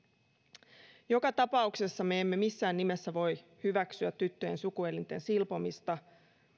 joka tapauksessa me emme missään nimessä voi hyväksyä tyttöjen sukuelinten silpomista